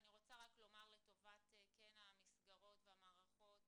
אני רוצה לומר לטובת המסגרות והמערכות